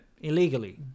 illegally